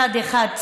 מצד אחד,